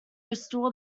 restore